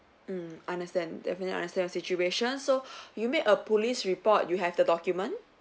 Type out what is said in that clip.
mm understand definitely understand your situation so you made a police report you have the document